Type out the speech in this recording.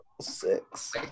six